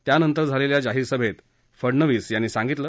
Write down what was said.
त्यानंतर झालेल्या जाहीर सभेत फडणवीस यांनी सांगितलं